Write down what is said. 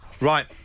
Right